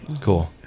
Cool